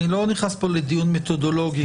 אני לא נכנס פה לדיון מתודולוגי,